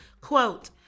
Quote